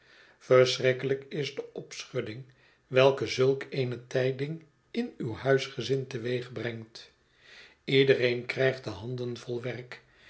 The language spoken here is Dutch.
verschrikkelijk is de opschudding welke zulk eene tijding in uw huisgezin teweegbrengt ledereen krijgt de handen vol werk